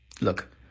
Look